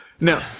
No